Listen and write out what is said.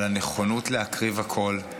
על הנכונות להקריב הכול.